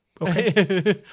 okay